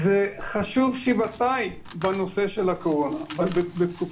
זה חשוב שבעתיים בעת הקורונה.